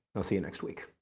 i'll see you next week.